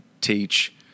teach